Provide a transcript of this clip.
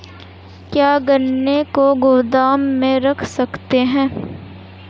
क्या गन्ने को गोदाम में रख सकते हैं?